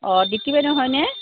অঁ দীপ্তি বাইদেউ হয়নে